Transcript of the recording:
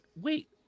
wait